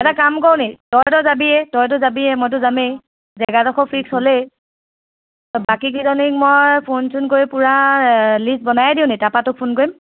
এটা কাম কৰোঁনি তইতো যাবিয়ে তইতো যাবিয়ে মইতো যামেই জেগাডোখৰ ফিক্স হ'লেই বাকীকেইজনীক মই ফোন চোন কৰি পুৰা লিষ্ট বনায়ে দিওঁনি তাৰপৰা তোক ফোন কৰিম